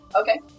Okay